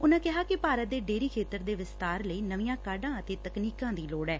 ਉਨੂਾਂ ਕਿਹਾ ਕਿ ਭਾਰਤ ਦੇ ਡੇਅਰੀ ਖੇਤਰ ਦੇ ਵਿਸਬਾਰ ਲਈ ਨਵੀਆਂ ਕਾਢਾਂ ਅਤੇ ਤਕਨੀਕਾਂ ਦੀ ਲੋੜ ਐ